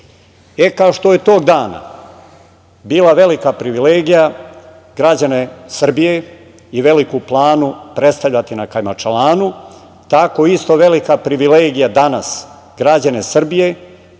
E, kao što je tog dana bila velika privilegija građane Srbije i Veliku Planu predstavljati na Kajmakčalanu, tako isto velika je privilegija danas građane Srbije